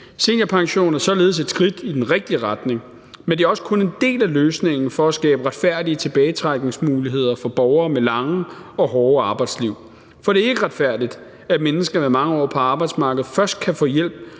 Seniorpensionen er således et skridt i den rigtige retning, men det er også kun en del af løsningen for at skabe retfærdige tilbagetrækningsmuligheder for borgere med lange og hårde arbejdsliv. For det er ikke retfærdigt, at mennesker med mange år på arbejdsmarkedet først kan få hjælp,